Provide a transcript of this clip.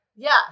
Yes